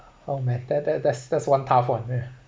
oh man tha~ tha~ that's that's one tough one man